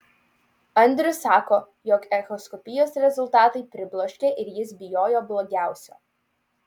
andrius sako jog echoskopijos rezultatai pribloškė ir jis bijojo blogiausio